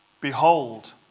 Behold